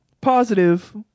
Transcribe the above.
positive